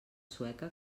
sueca